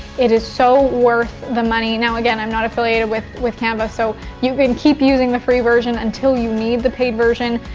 it is so worth the money. now again, i'm not affiliated with with canva so you can keep using the free version until you need the paid version.